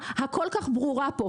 אבל את מתעלמת מנתונים שנאמרו פה,